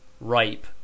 ripe